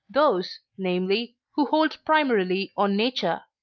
those, namely, who hold primarily on nature.